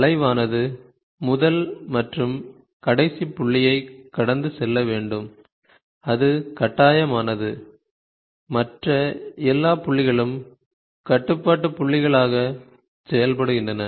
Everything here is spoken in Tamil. வளைவானது முதல் மற்றும் கடைசி புள்ளியைக் கடந்து செல்ல வேண்டும் அது கட்டாயமானது மற்ற எல்லா புள்ளிகளும் கட்டுப்பாட்டு புள்ளிகளாக செயல்படுகின்றன